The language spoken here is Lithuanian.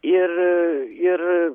ir ir